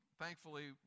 thankfully